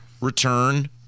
return